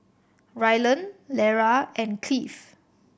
Rylan Lera and Cleave